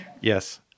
Yes